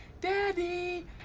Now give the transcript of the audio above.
daddy